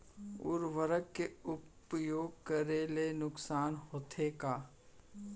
उर्वरक के उपयोग करे ले नुकसान होथे का?